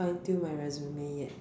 finetune my resume yet